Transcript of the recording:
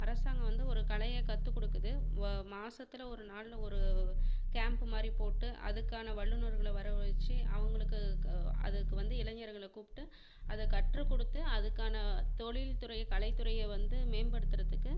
அரசாங்கம் வந்து ஒரு கலையை கற்றுக் கொடுக்குது வ மாதத்துல ஒரு நாளில் ஒரு கேம்ப் மாதிரி போட்டு அதுக்கான வல்லுனர்களை வரவழைச்சி அவர்களுக்கு அதுக்கு வந்து இளைஞர்களை கூப்பிட்டு அதை கற்று கொடுத்து அதுக்கான தொழில் துறை கலைத் துறையை வந்து மேம்படுத்துகிறதுக்கு